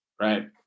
right